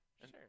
Sure